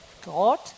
God